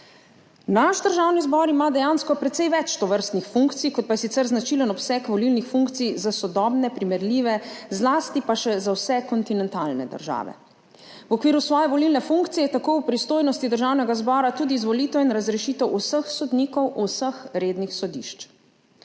Naš Državni zbor ima dejansko precej več tovrstnih funkcij, kot pa je sicer značilen obseg volilnih funkcij za sodobne, primerljive, zlasti pa še za vse kontinentalne države. V okviru svoje volilne funkcije je tako v pristojnosti Državnega zbora tudi izvolitev in razrešitev vseh sodnikov vseh rednih sodišč.